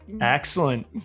Excellent